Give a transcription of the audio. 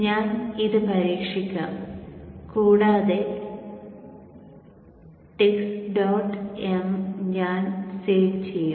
ഞാൻ ഇത് പരീക്ഷിക്കട്ടെ കൂടാതെ ടെക്സ്റ്റ് ഡോട്ട് എം ഞാൻ സേവ് ചെയ്യും